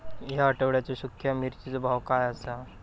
या आठवड्याचो सुख्या मिर्चीचो भाव काय आसा?